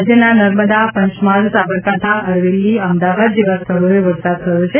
રાજ્યના નર્મદા પંચમહાલ સાબરકાંઠા અરવલ્લી અમદાવાદ જેવા સ્થળોએ વરસાદ થયો હતો